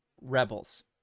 Rebels